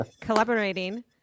collaborating